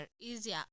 easier